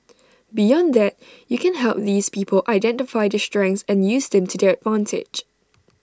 beyond that you can help these people identify their strengths and use them to their advantage